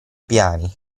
piani